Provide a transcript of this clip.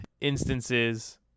instances